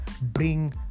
bring